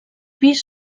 pis